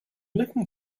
looking